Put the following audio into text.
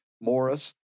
Morris